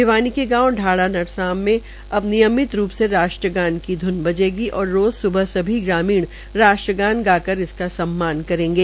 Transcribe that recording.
भिवानी के गांव ढाणा नरसाव मे अब नियमित रूप से राष्ट्रगान की ध्न बजेगी और रोज सुबह सभी ग्रामीण राष्ट्रगान गाकर इसका सम्मान करेंगे